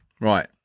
Right